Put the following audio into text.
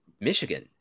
Michigan